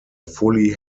fully